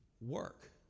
Work